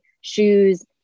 shoes